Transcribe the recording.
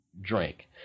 drink